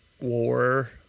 war